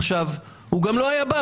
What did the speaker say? עכשיו, הוא גם לא היה בא.